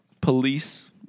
police